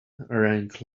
rang